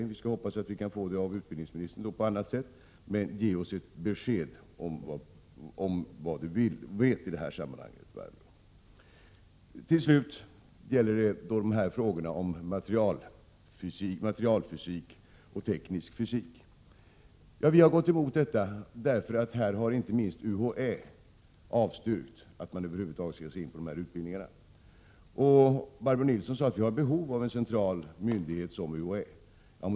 Jag hoppas i så fall att vi kan få svar av utbildningsministern på annat sätt, men jag ber Barbro Nilsson att ge oss besked om vad hon vet i det här sammanhanget. Till slut frågorna om materialfysik och teknisk fysik. Vi har gått emot regeringens förslag, inte minst därför att UHÄ har avstyrkt att man över huvud taget ger sig in på dessa utbildningar. Barbro Nilsson sade att vi har behov av en central myndighet som UHÄ.